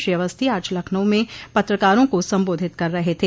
श्री अवस्थी आज लखनऊ में पत्रकारों को संबोधित कर रहे थे